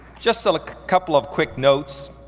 just so a couple of quick notes.